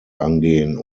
angehen